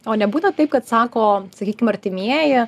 o nebūna taip kad sako sakykim artimieji